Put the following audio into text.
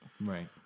Right